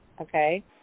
okay